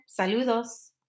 saludos